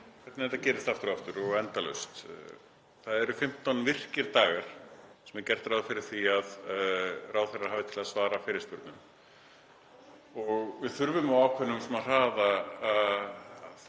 hvernig þetta gerist aftur og aftur og endalaust. Það eru 15 virkir dagar sem er gert ráð fyrir að ráðherrar hafi til að svara fyrirspurnum. Við þurfum á ákveðnum hraða að